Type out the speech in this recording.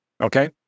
okay